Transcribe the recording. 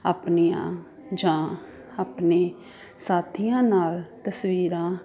ਆਪਣੀਆਂ ਜਾਂ ਆਪਣੇ ਸਾਥੀਆਂ ਨਾਲ ਤਸਵੀਰਾਂ